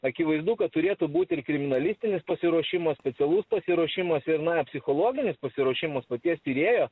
akivaizdu kad turėtų būt ir kriminalistinis pasiruošimas specialaus pasiruošimas ir na psichologinis pasiruošimas paties tyrėjo